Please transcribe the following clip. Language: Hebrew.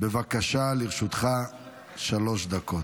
תודה רבה לכבוד השר דוד אמסלם.